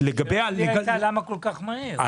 השאלה שלי הייתה, למה כל כך מהר?